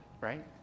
right